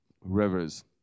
rivers